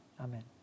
Amen